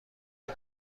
این